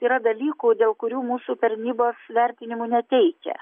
yra dalykų dėl kurių mūsų tarnybos vertinimų neteikia